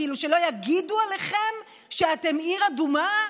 כאילו, שלא יגידו עליכם שאתם עיר אדומה?